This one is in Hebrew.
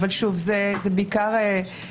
אבל אני משערת